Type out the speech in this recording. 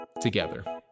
together